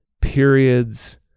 periods